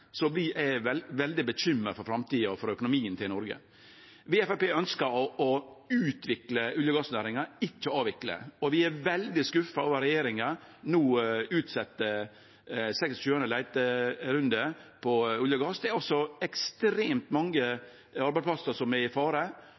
så blir eg veldig bekymra for framtida og for økonomien til Noreg. Vi i Framstegspartiet ønskjer å utvikle olje- og gassnæringa, ikkje avvikle, og vi er veldig skuffa over at regjeringa no utsett 26. leiterunde på olje og gass. Det er altså ekstremt mange arbeidsplassar som står i fare,